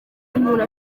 umuntu